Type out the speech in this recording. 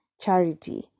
charity